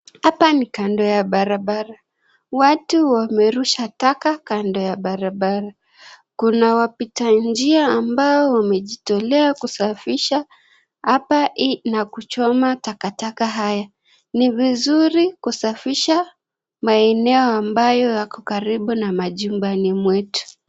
Hapa ni kando ya barabara. Watu wamerusha taka kando ya barabara. Kuna wapitanjia ambao wamejitolea kusafisha hapa na kuchoma takataka haya. Ni vizuri kusafisha maeneo ambayo yako karibu na majumbani mwetu.